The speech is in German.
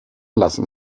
lassen